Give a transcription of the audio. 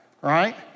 right